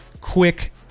Quick